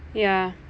ya